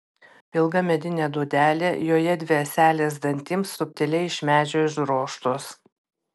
ilga medinė dūdelė joje dvi ąselės dantims subtiliai iš medžio išdrožtos